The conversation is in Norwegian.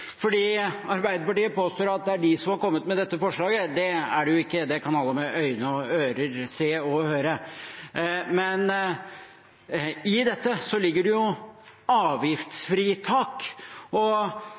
fordi Arbeiderpartiet påstår at det er de som har kommet med dette forslaget. Det er det jo ikke, det kan alle med øyne og ører se og høre. Men i dette ligger det